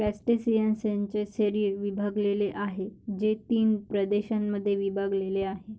क्रस्टेशियन्सचे शरीर विभागलेले आहे, जे तीन प्रदेशांमध्ये विभागलेले आहे